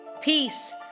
Peace